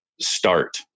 start